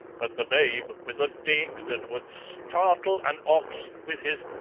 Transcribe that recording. but the babe, with a dig that would startle an ox, with his